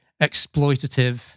exploitative